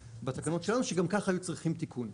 בתקנות שלנו שגם ככה היו צריכים תיקון.